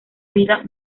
vida